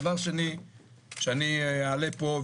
דבר שני שאני אעלה פה,